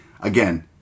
Again